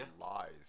lies